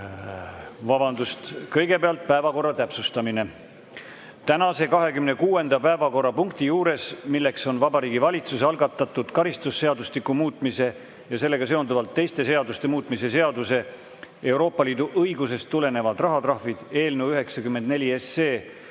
juurde. Kõigepealt on päevakorra täpsustamine. Tänase 26. päevakorrapunkti juures, mis on Vabariigi Valitsuse algatatud karistusseadustiku muutmise ja sellega seonduvalt teiste seaduste muutmise seaduse (Euroopa Liidu õigusest tulenevad rahatrahvid) eelnõu 94 teine